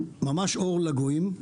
אור לגויים.